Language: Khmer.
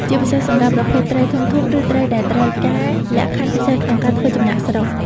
ជាពិសេសសម្រាប់ប្រភេទត្រីធំៗ ឬត្រីដែលត្រូវការលក្ខខណ្ឌពិសេសក្នុងការធ្វើចំណាកស្រុក។